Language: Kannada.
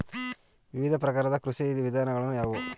ವಿವಿಧ ಪ್ರಕಾರದ ಕೃಷಿ ವಿಧಾನಗಳು ಯಾವುವು?